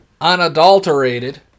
unadulterated